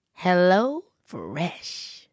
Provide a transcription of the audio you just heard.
HelloFresh